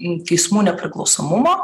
į teismų nepriklausomumo